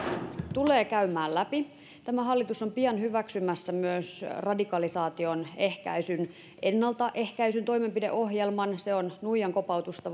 tulee käymään läpi tämä hallitus on pian hyväksymässä myös radikalisaation ennaltaehkäisyn toimenpideohjelman se on nuijan kopautusta